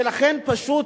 ולכן, פשוט,